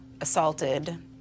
assaulted